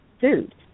food